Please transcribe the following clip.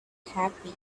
happy